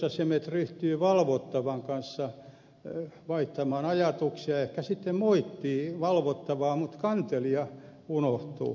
kuitenkin sitten oikeusasiamiehet ryhtyvät valvottavan kanssa vaihtamaan ajatuksia ehkä sitten moittivat valvottavaa mutta kantelija unohtuu